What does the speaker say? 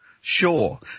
Sure